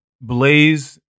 Blaze